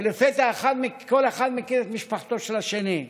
ולפתע כל אחד מכיר את משפחתו של השני.